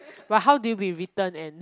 but how do you be written and